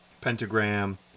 pentagram